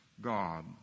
God